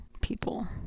people